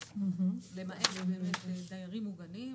למעט באמת דיירים מוגנים.